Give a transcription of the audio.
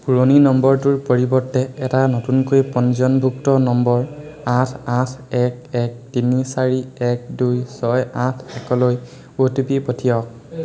পুৰণি নম্বৰটোৰ পৰিৱৰ্তে এটা নতুনকৈ পঞ্জীয়নভুক্ত নম্বৰ আঠ আঠ এক এক তিনি চাৰি এক দুই ছয় আঠ একলৈ অ' টি পি পঠিয়াওক